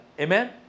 Amen